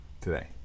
today